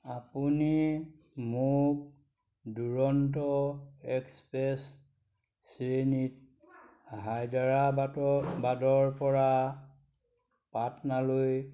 আপুনি মোক দুৰন্ত এক্সপ্ৰেছ শ্ৰেণীত হায়দৰাবাদৰপৰা পাটনালৈ